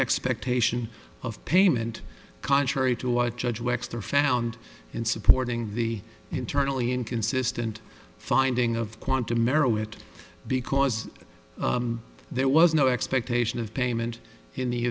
expectation of payment contrary to what judge webster found in supporting the internally inconsistent finding of quantum aero it because there was no expectation of payment in the